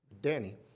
Danny